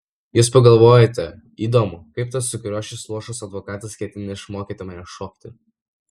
jūs pagalvojote įdomu kaip tas sukriošęs luošas advokatas ketina išmokyti mane šokti